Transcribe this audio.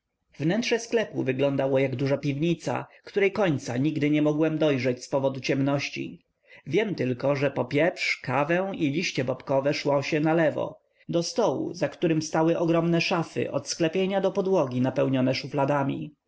wnętrze sklepu wyglądało jak duża piwnica której końca nigdy nie mogłem dojrzeć z powodu ciemności wiem tylko że po pieprz kawę i liście bobkowe szło się na lewo do stołu za którym stały ogromne szafy od sklepienia do podłogi napełnione szufladami